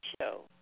show